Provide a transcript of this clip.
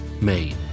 made